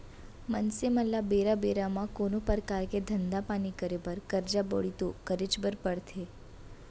मनसे मन ल बेरा बेरा म कोनो परकार के धंधा पानी करे बर करजा बोड़ी तो करेच बर परथे